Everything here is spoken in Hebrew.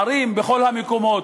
ערים ובכל המקומות,